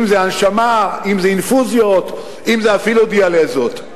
אם הנשמה, אם אינפוזיות, אם אפילו דיאליזות.